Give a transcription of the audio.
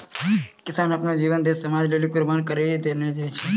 किसान आपनो जीवन देस समाज लेलि कुर्बान करि देने छै